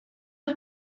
los